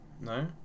No